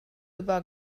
über